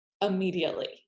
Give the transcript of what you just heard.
immediately